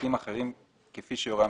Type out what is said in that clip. ופרטים אחרים כפי שיורה המפקח,